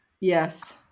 Yes